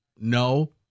no